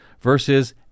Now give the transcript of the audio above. versus